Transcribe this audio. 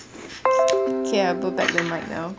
okay I put back the microphone now